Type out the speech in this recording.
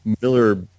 Miller